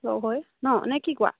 লগ হৈ নহ্ নে কি কোৱা